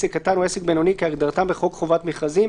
עסק קטן או עסק בינוני כהגדרתם בחוק חובת המכרזים,